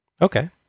Okay